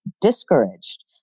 discouraged